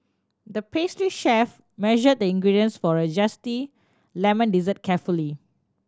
the pastry chef measured the ingredients for a zesty lemon dessert carefully